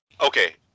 Okay